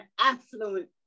affluent